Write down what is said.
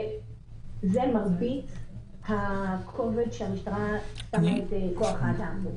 זה מרבית הכובד שהמשטרה נותנת בכוח האדם.